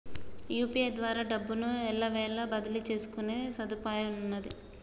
UPI ద్వారా డబ్బును ఎల్లవేళలా బదిలీ చేసుకునే సదుపాయమున్నాది